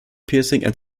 piercing